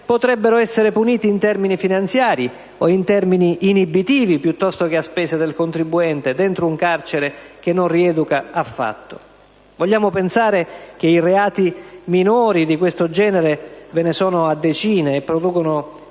potrebbero essere puniti in termini finanziari o in termini inibitivi, piuttosto che a spese del contribuente dentro un carcere che non rieduca affatto? E che, forse, reati minori di questo genere (e ve ne sono a decine), che producono migliaia